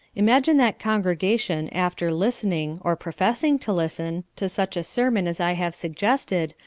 imagine that congregation after listening, or professing to listen, to such a sermon as i have suggested,